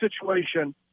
situation